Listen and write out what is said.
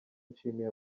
nshimiye